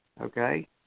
okay